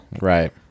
Right